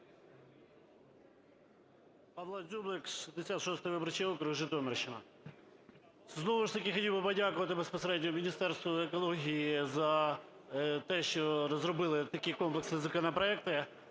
Павло Дзюблик, 66 виборчий округ, Житомирщина. Знову ж таки хотів би подякувати безпосередньо Міністерству екології за те, що розробили такі комплексні законопроекти.